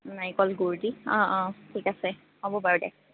নাৰিকল গুৰ দি অঁ অঁ ঠিক আছে হ'ব বাৰু দে